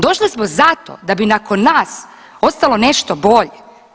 Došle smo zato da bi nakon nas ostalo nešto bolja.